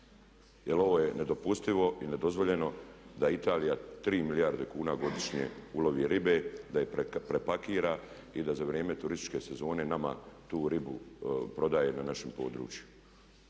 Jer ovo je nedopustivo i nedozvoljeno da Italija 3 milijarde kuna godišnje ulovi ribe, da je prepakira i da za vrijeme turističke sezone nama tu ribu prodaje na našim područjima.